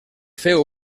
feu